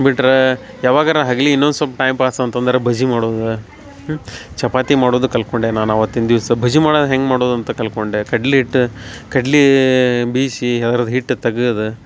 ಬಿಟ್ರ ಯಾವಾಗರ ಹಗ್ಲಿಗೆ ಇನ್ನೊಂದು ಸ್ವಲ್ಪ ಟೈಮ್ ಪಾಸ್ ಅಂತಂದ್ರ ಬಜ್ಜಿ ಮಾಡೋದ ಚಪಾತಿ ಮಾಡೋದು ಕಲ್ಕೊಂಡೆ ನಾನು ಅವತ್ತಿಂದ ದಿವಸ ಬಜ್ಜಿ ಮಾಡೋದ್ ಹೆಂಗ ಮಾಡೋದು ಅಂತ ಕಲ್ಕೊಂಡೆ ಕಡ್ಲಿ ಹಿಟ್ಟ ಕಡ್ಲಿ ಬೇಯಿಸಿ ಅದ್ರದ ಹಿಟ್ಟು ತಗದ